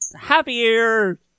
happier